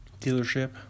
dealership